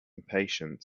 impatient